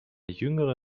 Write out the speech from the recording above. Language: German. jüngere